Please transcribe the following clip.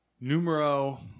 Numero